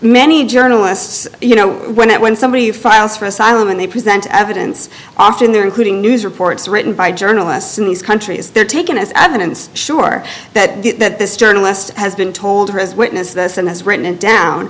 many journalists you know when that when somebody files for asylum and they present evidence often they're including news reports written by journalists in these countries they're taken as evidence sure that that this journalist has been told her as witness this and has written it down